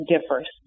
differs